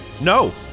No